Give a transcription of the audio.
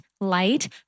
light